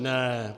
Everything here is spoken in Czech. Ne.